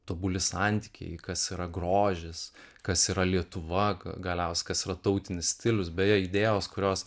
tobuli santykiai kas yra grožis kas yra lietuva galiausia kas yra tautinis stilius be je idėjos kurios